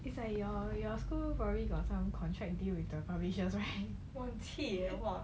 很气 leh !wah!